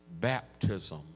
baptism